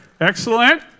Excellent